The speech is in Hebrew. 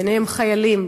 ביניהם חיילים,